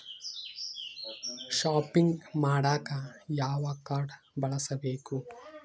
Shopping ಮಾಡಾಕ ಯಾವ card ಬಳಸಬೇಕು?